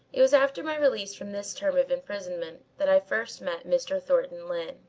it was after my release from this term of imprisonment that i first met mr. thornton lyne.